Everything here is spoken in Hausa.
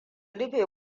rufe